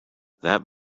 that